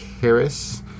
Harris